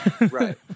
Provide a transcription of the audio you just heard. Right